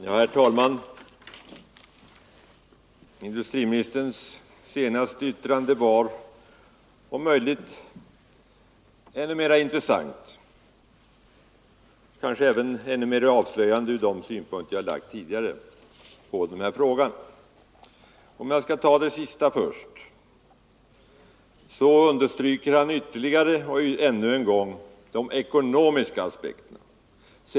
Herr talman! Industriministerns senaste yttrande var om möjligt ännu — jordvärmen som mer intressant, kanske även ännu mer avslöjande från de synpunkter energikälla som jag tidigare påtalat i denna fråga. För att ta det sista först så understryker industriministern ännu en gång de ekonomiska aspekterna.